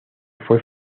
fue